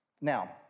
Now